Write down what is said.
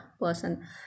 person